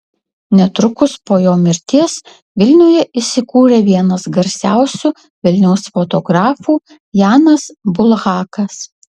netrukus po jo mirties vilniuje įsikūrė vienas garsiausių vilniaus fotografų janas bulhakas